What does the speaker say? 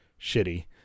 shitty